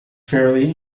fairly